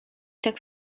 tak